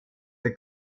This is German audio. der